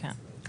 כן.